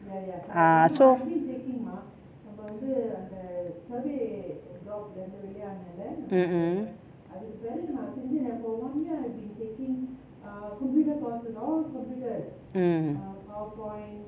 ah so mm mm mm